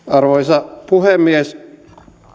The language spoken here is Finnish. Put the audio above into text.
arvoisa puhemies